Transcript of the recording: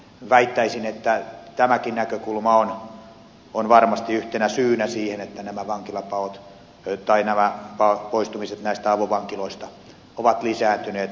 väittäisin että tämäkin näkökulma on varmasti yhtenä syynä siihen että nämä vankilapaot tai nämä poistumiset näistä avovankiloista ovat lisääntyneet